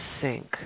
sink